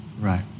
Right